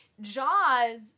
Jaws